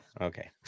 okay